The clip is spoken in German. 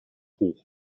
hoch